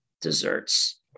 desserts